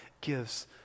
gives